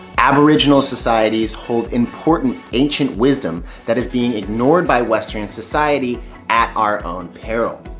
aboriginal societies hold important ancient wisdom that is being ignored by western society at our own peril.